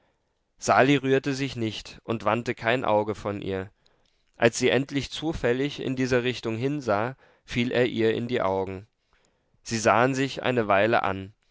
sali rührte sich nicht und wandte kein auge von ihr als sie endlich zufällig in dieser richtung hinsah fiel er ihr in die augen sie sahen sich eine weile an